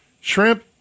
shrimp